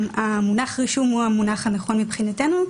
המונח רישום הוא המונח הנכון מבחינתנו.